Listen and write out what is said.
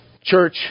Church